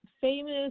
famous